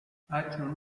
اکنون